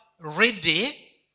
ready